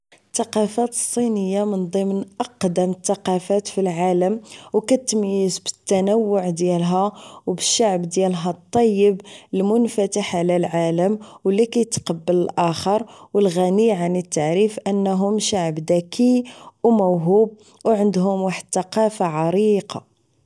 التقافة الصينينة من ضمن اقدم التقافات فالعالم و كتميز بالتنوع ديالها و بالشعب ديالها الطيب المنفتح على العالم و اللي كيتقبل الاخر و الغني عن التعريف انهم شعب دكي و موهوب و عندهم واحد التقافة عريقة